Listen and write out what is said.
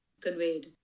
conveyed